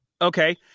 Okay